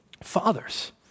Fathers